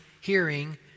hearing